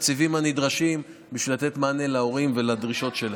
התקציבים הנדרשים בשביל לתת מענה להורים ולדרישות שלהם.